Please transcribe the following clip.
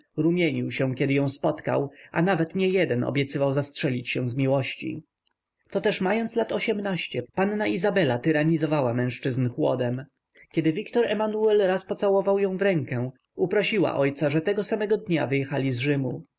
rumienił się kiedy ją spotkał a nawet niejeden obiecywał zastrzelić się z miłości to też mając lat ośmnaście panna izabela tyranizowała mężczyzn chłodem kiedy wiktor emanuel raz pocałował ją w rękę uprosiła ojca że tego samego dnia wyjechali z rzymu